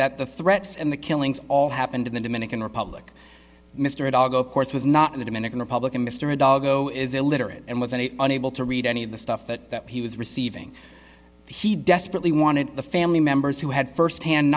that the threats and the killings all happened in the dominican republic mr dog of course was not in the dominican republic and mr a dog though is illiterate and was and unable to read any of the stuff that he was receiving he desperately wanted the family members who had firsthand